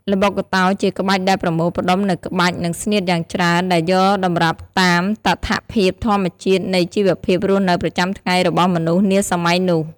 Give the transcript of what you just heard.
ល្បុក្កតោជាក្បាច់ដែលប្រមូលផ្តុំនូវក្បាច់ និងស្នៀតយ៉ាងច្រើនដែលយកតម្រាប់តាមតថភាពធម្មជាតិនៃជីវភាពរស់នៅប្រចាំថ្ងៃរបស់មនុស្សនាសម័យនោះ។